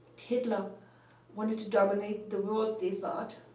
hitler wanted to dominate the world, they thought.